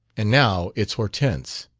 and now it's hortense.